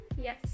Yes